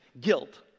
guilt